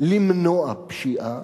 למנוע פשיעה,